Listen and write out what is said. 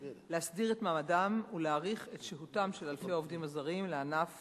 להסדיר את מעמדם ולהאריך את שהותם של אלפי העובדים הזרים בענף